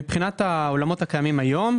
מבחינת העולמות הקיימים כיום,